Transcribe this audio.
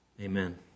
Amen